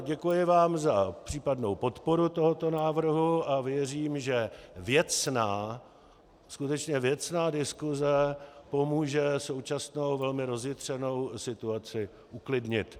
Děkuji vám za případnou podporu tohoto návrhu a věřím, že věcná, skutečně věcná diskuze pomůže současnou velmi rozjitřenou situaci uklidnit.